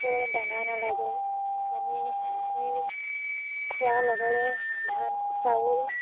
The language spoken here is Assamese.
দানা নালাগে আমি খোৱাৰ লগৰে ধান চাউল